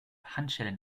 handschellen